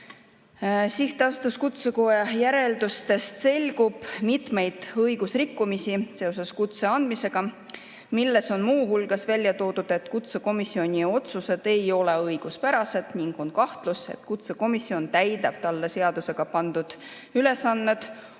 Sihtasutuse Kutsekoda järeldustest selgub mitmeid õigusrikkumisi seoses kutse andmisega. Muu hulgas on välja toodud, et kutsekomisjoni otsused ei ole õiguspärased ning on kahtlus, et kutsekomisjon täidab talle seadusega pandud ülesannet